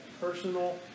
personal